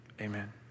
Amen